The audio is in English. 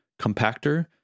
Compactor